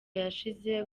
yashize